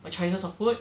my choices of food